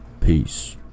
peace